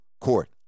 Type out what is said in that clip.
court